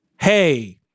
hey